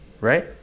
right